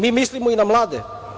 Mi mislimo i na mlade.